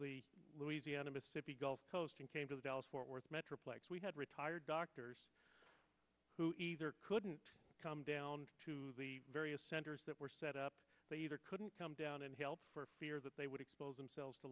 fled louisiana mississippi gulf coast and came to the dallas fort worth metroplex we had retired doctors who either couldn't come down to the various centers that were set up they either couldn't come down and help for fear that they would expose themselves t